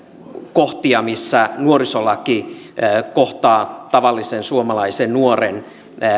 kohtia missä nuorisolaki kohtaa tavallisen suomalaisen nuoren